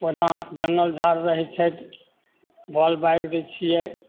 ओना जङ्गलझाड़ रहै छै बाउल बारि दै छिए